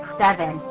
seven